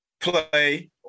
play